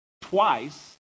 twice